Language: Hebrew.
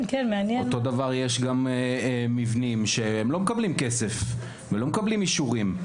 אותו דבר יש גם מבנים שהם לא מקבלים כסף ולא מקבלים אישורים,